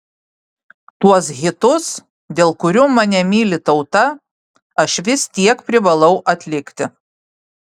tuos hitus dėl kurių mane myli tauta aš vis tiek privalau atlikti